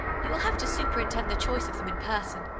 you will have to superintend the choice of them in person.